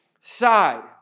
side